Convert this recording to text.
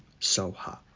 soha